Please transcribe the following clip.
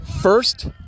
first